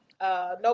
no